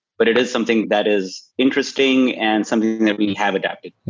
but it is something that is interesting and something that we have adapted yeah.